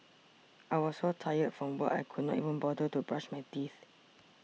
I was so tired from work I could not even bother to brush my teeth